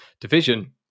division